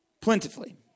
Plentifully